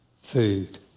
food